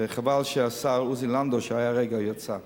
וחבל שהשר עוזי לנדאו יצא הרגע.